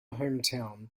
hometown